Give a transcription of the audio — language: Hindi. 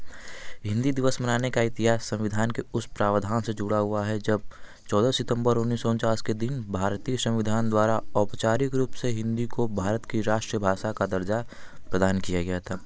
हिंदी दिवस मनाने का इतिहास संविधान के उस प्रावधान से जुड़ा हुआ है जब चौदह सितम्बर उन्नीस सो उन्चास के दिन भारतीय संविधान द्वारा औपचारिक रूप से हिंदी को भारत की राष्ट्रभाषा का दर्जा प्रदान किया गया था